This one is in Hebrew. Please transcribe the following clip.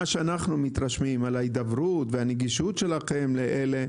מתרשמים מההידברות והנגישות שלכם לאלה.